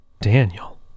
daniel